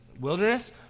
wilderness